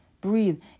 breathe